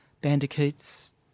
bandicoots